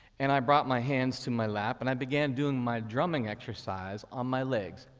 and i brought my hands to my lap, and i began doing my drumming exercise on my legs,